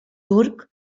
turc